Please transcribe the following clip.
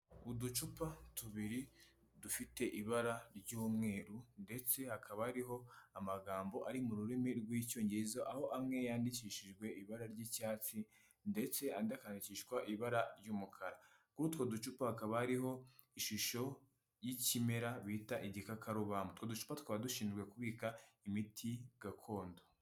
Uducupa tubiri dufite ibara ry'umweru ndetse hakaba hariho amagambo ari mu rurimi rw'icyongereza, aho amwe yandikishijwe ibara ry'icyatsi ndetse andi akandikishwa ibara ry'umukara, kuri utwo ducupa hakaba hariho ishusho y'ikimera bita igikakarubamba, utwo ducupa tukaba dushinzwe kubika imiti gakondo.